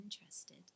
interested